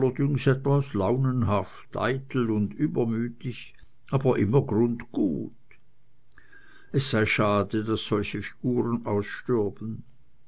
launenhaft eitel und übermütig aber immer grundgut es sei schade daß solche figuren ausstürben